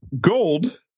gold